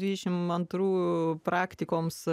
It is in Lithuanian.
dvidešim antrų praktikoms